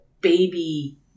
baby